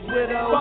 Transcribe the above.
Widow